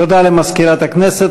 תודה למזכירת הכנסת.